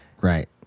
Right